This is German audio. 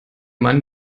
mann